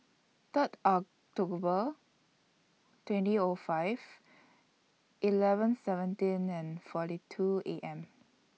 Third October twenty O five eleven seventeen and forty two A M